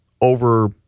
over –